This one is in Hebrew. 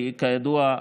כידוע,